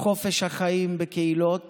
חופש החיים בקהילות